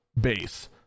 base